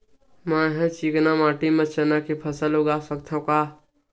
मै ह चिकना माटी म चना के फसल उगा सकथव का?